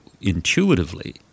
intuitively